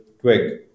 Twig